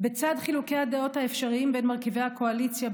"בצד חילוקי הדעות האפשריים בין מרכיבי הקואליציה,